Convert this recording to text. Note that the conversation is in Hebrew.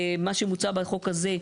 מה שמוצע בחוק הזה,